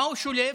מה הוא שולף?